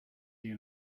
here